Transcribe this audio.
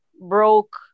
broke